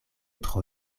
tro